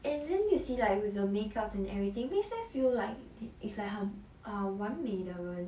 and then you see like with the make up and everything makes them feel like it's like 很 ah 完美的人